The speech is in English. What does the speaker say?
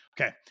okay